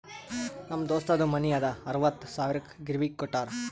ನಮ್ ದೋಸ್ತದು ಮನಿ ಅದಾ ಅರವತ್ತ್ ಸಾವಿರಕ್ ಗಿರ್ವಿಗ್ ಕೋಟ್ಟಾರ್